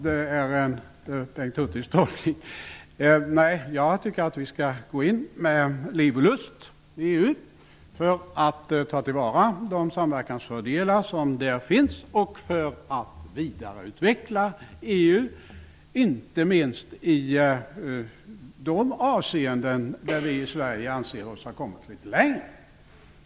Det får stå för Bengt Jag tycker att vi skall gå med i EU med liv och lust, för att ta till vara de samverkansfördelar som där finns och för att vidareutveckla EU, inte minst i de avseenden där vi i Sverige anser oss ha kommit litet längre.